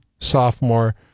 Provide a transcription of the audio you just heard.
sophomore